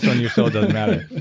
you know doesn't matter.